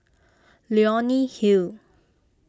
Leonie Hill